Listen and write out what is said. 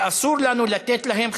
ואסור לנו לתת להם,